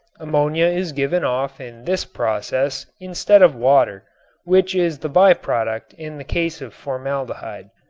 ammonia is given off in this process instead of water which is the by-product in the case of formaldehyde.